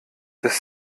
dass